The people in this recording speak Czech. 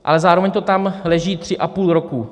Ale zároveň to tam leží 3,5 roku!